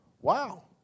wow